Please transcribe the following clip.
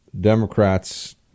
Democrats